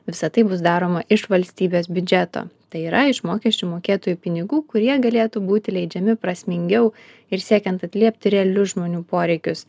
visa tai bus daroma iš valstybės biudžeto tai yra iš mokesčių mokėtojų pinigų kurie galėtų būti leidžiami prasmingiau ir siekiant atliepti realius žmonių poreikius